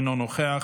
אינו נוכח,